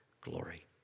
glory